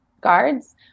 guards